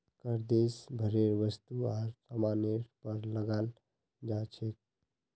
कर देश भरेर वस्तु आर सामानेर पर लगाल जा छेक